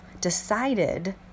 decided